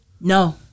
No